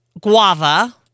guava